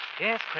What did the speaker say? Yes